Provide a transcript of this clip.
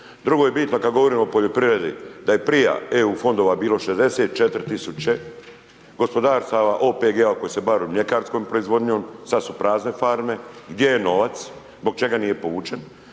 Drugo je bitno kada govorimo o poljoprivredi da je .../Govornik se ne razumije./... EU fondova bilo 64 tisuće, gospodarstava, OPG-ova koji se bave mljekarskom proizvodnjom, sada su prazne farme. Gdje je novac? zbog čega nije povučen?